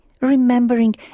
remembering